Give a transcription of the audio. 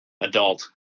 adult